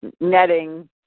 netting